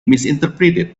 misinterpreted